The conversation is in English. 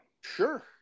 Sure